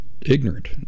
ignorant